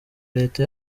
leta